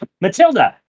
Matilda